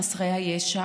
על חסרי הישע,